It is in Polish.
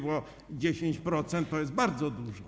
Bo 10% to jest bardzo dużo.